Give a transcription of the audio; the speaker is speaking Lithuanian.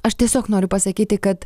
aš tiesiog noriu pasakyti kad